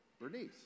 Bernice